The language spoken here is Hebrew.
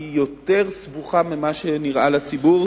והיא יותר סבוכה ממה שנראה לציבור,